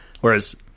Whereas